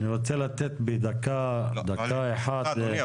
אני רוצה לתת בדקה אחת --- סליחה אדוני,